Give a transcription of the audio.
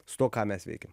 su tuo ką mes veikiam